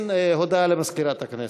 הודעה למזכירת הכנסת.